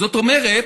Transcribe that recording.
זאת אומרת,